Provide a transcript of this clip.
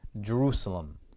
Jerusalem